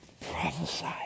prophesy